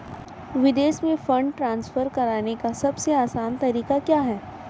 विदेश में fund transfer करने का सबसे आसान तरीका क्या है?